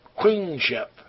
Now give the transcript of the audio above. queenship